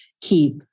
keep